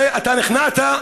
הרי נכנעת,